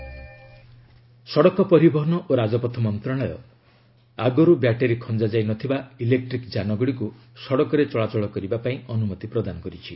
electric vehicle ସଡ଼କ ପରିବହନ ଓ ରାଜପଥ ମନ୍ତ୍ରଶାଳୟ ଆଗରୁ ବ୍ୟାଟେରି ଖଞ୍ଜା ଯାଇନଥିବା ଇଲେକ୍ଟ୍ରିକ୍ ଯାନଗୁଡ଼ିକୁ ସଡ଼କରେ ଚଳାଚଳ କରିବା ପାଇଁ ଅନୁମତି ପ୍ରଦାନ କରିଛି